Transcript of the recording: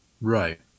Right